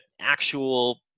actual